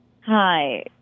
Hi